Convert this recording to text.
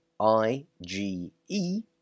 I-G-E